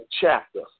chapter